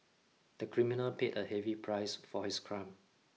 the criminal paid a heavy price for his crime